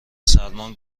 سلمان